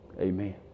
amen